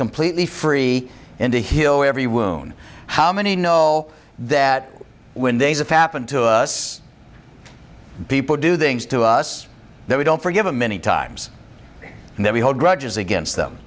completely free in the hill every wound how many know all that when they have happened to us people do things to us that we don't forgive them many times and then we hold grudges against them